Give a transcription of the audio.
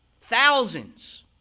Thousands